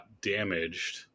damaged